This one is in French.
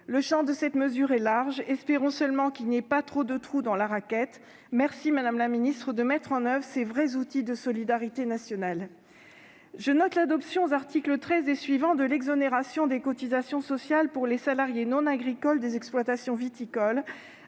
Le champ de cette mesure est large. Espérons seulement qu'il n'y ait pas trop de trous dans la raquette ... Merci, madame la ministre, de mettre en oeuvre ces véritables outils de solidarité nationale. Je note l'adoption, aux articles 13 et suivants, de l'exonération des cotisations sociales pour les salariés non agricoles des exploitations viticoles,